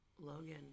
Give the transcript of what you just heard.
Logan